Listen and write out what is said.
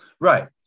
Right